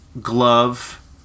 glove